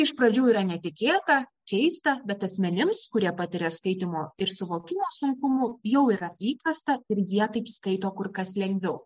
iš pradžių yra netikėta keista bet asmenims kurie patiria skaitymo ir suvokimo sunkumų jau yra įprasta ir jie taip skaito kur kas lengviau